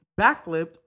backflipped